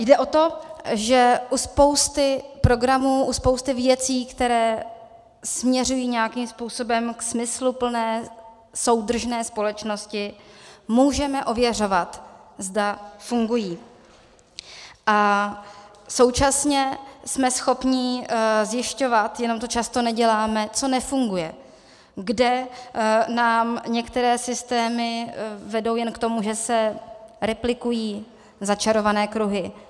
Jde o to, že u spousty programů, u spousty věcí, které směřují nějakým způsobem k smysluplné soudržné společnosti, můžeme ověřovat, zda fungují, a současně jsme schopni zjišťovat, jenom to často neděláme, co nefunguje, kde nám některé systémy vedou jen k tomu, že se replikují začarované kruhy.